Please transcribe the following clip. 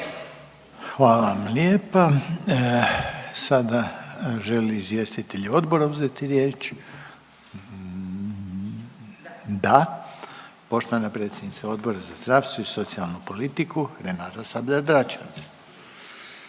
Hvala vam lijepa. Sada želi li izvjestitelji odbora uzeti riječ. Da. Poštovana predsjednica Odbora za zdravstvo i socijalnu politiku Renata Sabljar-Dračevac.